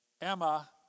Emma